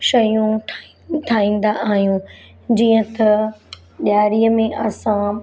शयूं ठाही ठाहींदा आहियूं जीअं त ॾिआरीअ में असां